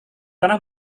tanah